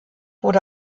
wurde